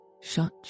Shut